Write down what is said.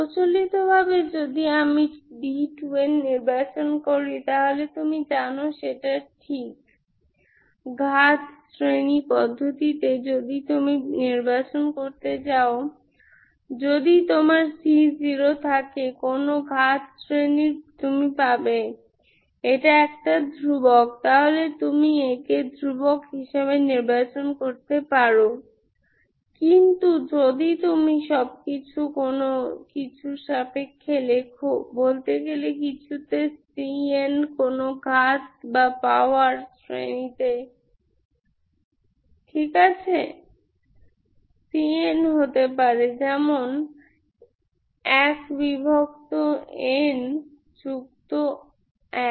প্রচলিতভাবে যদি আমি d2n নির্বাচন করি তাহলে তুমি জানো সেটা ঠিক ঘাত শ্রেণি পদ্ধতিতে যদি তুমি নির্বাচন করতে চাও যদি তোমার C0 থাকে কোনো ঘাত শ্রেণির তুমি পাবে এটি একটি ধ্রুবক তাহলে তুমি একে ধ্রুবক হিসেবে নির্বাচন করতে পারো কিন্তু যদি তুমি সবকিছু কোনো কিছুর সাপেক্ষে লেখ বলতে গেলে কিছুতে cn কোনো ঘাত শ্রেণিতে ঠিক আছে cn হতে পারে যেমন 1 বিভক্ত n যুক্ত 1